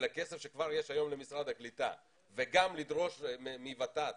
לכסף שכבר יש היום למשרד הקליטה וגם לדרוש מוות"ת